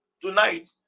tonight